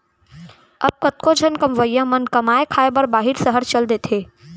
अब कतको झन कमवइया मन कमाए खाए बर बाहिर सहर चल देथे